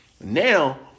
Now